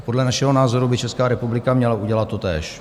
Podle našeho názoru by Česká republika měla udělat totéž.